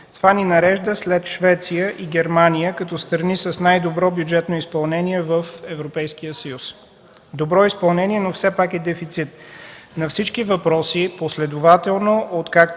Това ни нарежда след Швеция и Германия, като страни с най-добро бюджетно изпълнение в Европейския съюз. Добро изпълнение, но все пак е дефицит. На всички въпроси последователно, откакто